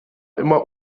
immer